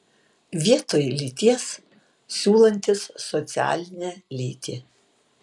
vietoj lyties siūlantis socialinę lytį